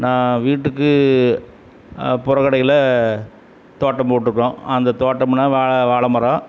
நான் வீட்டுக்கு புறக்கடையில் தோட்டம் போட்டிருக்கோம் அந்த தோட்டம்னால் வா வாழைமரம்